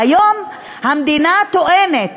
והיום המדינה טוענת,